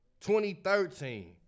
2013